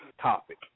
topic